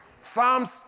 Psalms